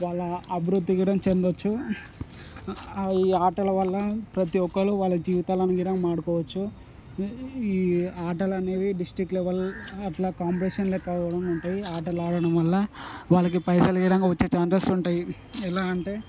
వాళ్ళ అభివృద్ధి కూడా చెందొచ్చు ఈ ఆటల వల్ల ప్రతి ఒక్కరూ వాళ్ళ జీవితాలను కూడా మారుకోవచ్చు ఈ ఆటలనేవి డిస్ట్రిక్ట్ లెవెల్ అట్లా కాంపిటీషన్ లెక్క ఆ విధంగా ఉంటాయి ఆటలు ఆడటం వల్ల వాళ్ళకికి పైసలు కూడంగా వచ్చే ఛాన్సెస్ ఉంటాయి ఎలా అంటే